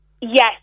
yes